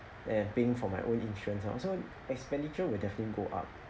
and paying for my own insurance ah so expenditure will definitely go up